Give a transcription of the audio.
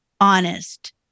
honest